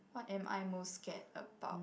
what am I most scared about